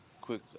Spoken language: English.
quick